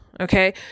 Okay